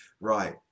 Right